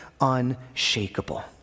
unshakable